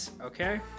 Okay